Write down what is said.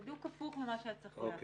בדיוק הפוך ממה שהיה צריך להיעשות.